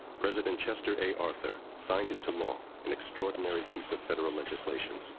president chester a. arthur signed into law an extraordinary piece of federal legislation.